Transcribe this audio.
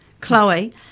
Chloe